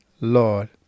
Lord